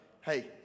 Hey